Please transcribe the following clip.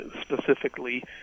specifically